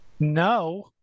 No